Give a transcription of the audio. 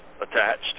attached